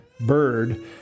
bird